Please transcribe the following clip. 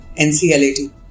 NCLAT